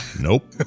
Nope